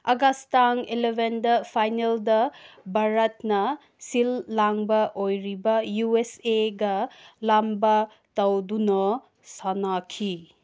ꯑꯥꯒꯁ ꯇꯥꯡ ꯑꯦꯂꯚꯦꯟꯗ ꯐꯥꯏꯅꯦꯜꯗ ꯚꯥꯔꯠꯅ ꯁꯤꯜ ꯂꯥꯡꯕ ꯑꯣꯏꯔꯤꯕ ꯌꯨ ꯑꯦꯁ ꯑꯦꯒ ꯂꯝꯕꯥ ꯇꯧꯗꯨꯅ ꯁꯥꯟꯅꯈꯤ